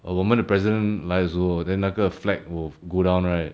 err 我们的 president 来的时候 then 那个 flag will go down right